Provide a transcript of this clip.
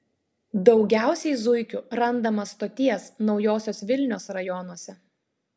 daugiausiai zuikių randama stoties naujosios vilnios rajonuose